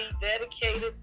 dedicated